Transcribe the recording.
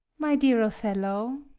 my dear othello!